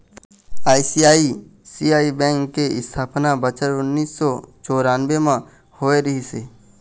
ICICI bank के इस्थापना बछर उन्नीस सौ चउरानबे म होय रिहिस हे